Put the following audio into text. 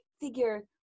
figure